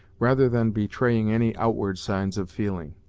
rather than betraying any outward signs of feeling.